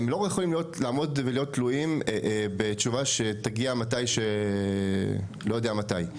הם לא יכולים לעמוד ולהיות תלויים בתשובה שתגיע לא יודע מתי.